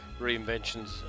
reinventions